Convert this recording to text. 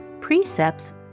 Precepts